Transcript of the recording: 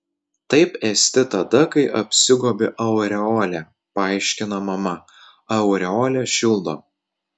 taip esti tada kai apsigobi aureole paaiškina mama aureolė šildo